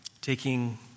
Taking